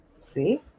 See